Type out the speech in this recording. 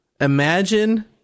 Imagine